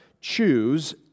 choose